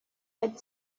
had